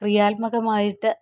ക്രിയാത്മകമായിട്ട്